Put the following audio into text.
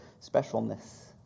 specialness